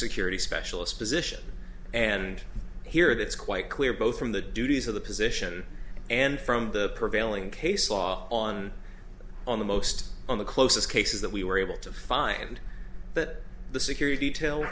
security specialist position and here it is quite clear both from the duties of the position and from the prevailing case law on on the most on the closest cases that we were able to find that the security detail